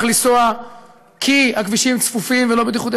לנסוע כי הכבישים צפופים ולא בטיחותיים,